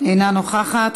אינה נוכחת,